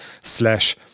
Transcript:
slash